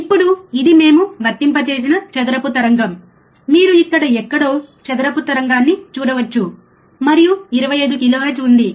ఇప్పుడు ఇది మేము వర్తింపజేసిన చదరపు తరంగం మీరు ఇక్కడ ఎక్కడో చదరపు తరంగాన్ని చూడవచ్చు మరియు 25 కిలోహెర్ట్జ్ ఉంది